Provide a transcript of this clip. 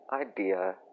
idea